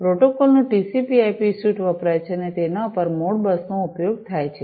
પ્રોટોકોલનું TCP IP સ્યુટTCPIP suite વપરાય છે અને તેના ઉપર મોડબસનો ઉપયોગ થાય છે